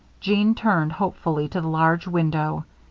jeanne turned hopefully to the large window.